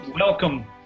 Welcome